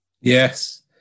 Yes